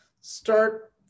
start